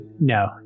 No